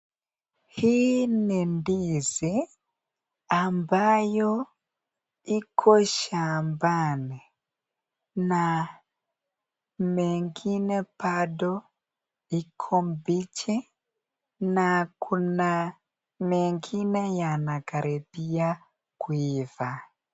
Hii ni ndizi, ambayo iko shambani na mengine bado iko mbichi na Kuna mengine yanakaribia kuiva.